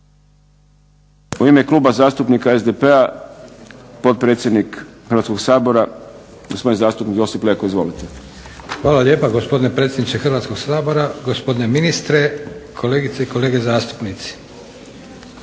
U ime Kluba zastupnika SDP-a potpredsjednik Hrvatskog sabora gospodin zastupnik Josip Leko. Izvolite. **Leko, Josip (SDP)** Hvala vam lijepo gospodine predsjedniče Hrvatskog sabora. Gospodine ministre, kolegice i kolege zastupnici.